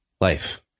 Life